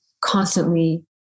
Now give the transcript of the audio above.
constantly